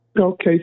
Okay